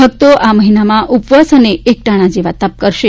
ભકતો આ મહિનામાં ઉપવાસ અને એકટાણા જેવા તપ કરશે